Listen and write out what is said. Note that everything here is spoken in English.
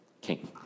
King